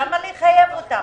למה לחייב אותם?